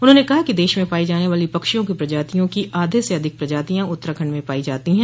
उन्होंने कहा कि देश में पायी जाने वाली पक्षियों की प्रजातियों की आधे से अधिक प्रजातियां उत्तराखण्ड में पायी जाती हैं